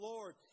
Lord